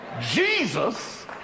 Jesus